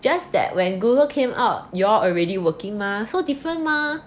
just that when Google came out you're already working mah so different mah